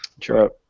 Sure